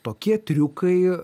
tokie triukai